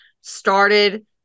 started